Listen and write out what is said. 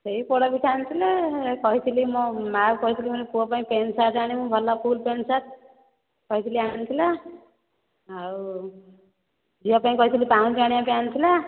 ସେ ପୋଡ଼ ପିଠା ଆଣିଥିଲେ କହିଥିଲି ମା କୁ କହିଥିଲି ପୁଅ ପାଇଁ ପ୍ୟାଣ୍ଟ ସାର୍ଟ ଆଣିବୁ ଭଲ ଫୁଲ୍ ପ୍ୟାଣ୍ଟ ସାର୍ଟ କହିଥିଲି ଆଣିଥିଲା ଆଉ ଝିଅ ପାଇଁ କହିଥିଲି ପାଉଁଜି ଆଣିବା ପାଇଁ ଆଣିଥିଲା